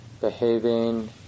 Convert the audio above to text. behaving